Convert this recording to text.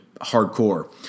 hardcore